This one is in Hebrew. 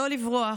לא לברוח,